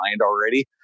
already